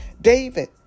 David